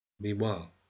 Meanwhile